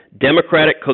democratic